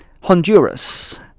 Honduras